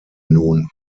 nun